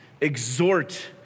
exhort